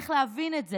איך להבין את זה,